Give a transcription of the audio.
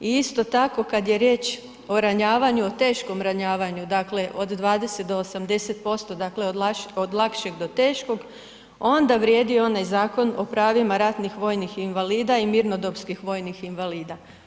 I isto tako kad je riječ o ranjavanju, o teškom ranjavanju, dakle od 20 do 80% dakle od lakšeg do teškog onda vrijedi onaj zakon o pravima ratnih vojnih invalida i mirnodopskih vojnih invalida.